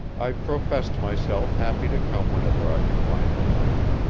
i professed myself happy to come whenever i could find the time,